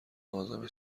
عازم